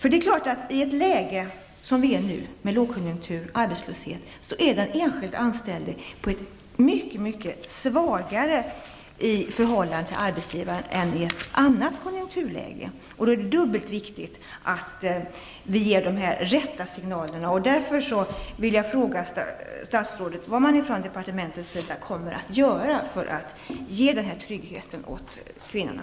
I det läge vi nu befinner oss med lågkonjunktur och arbetslöshet är den enskilde anställde mycket svagare i förhållande till arbetsgivaren än i ett annat konjunkturläge. Det är då dubbelt viktigt att vi ger de rätta signalerna. Jag vill därför fråga statsrådet vad man på departementet kommer att göra för att ge denna trygghet åt kvinnorna.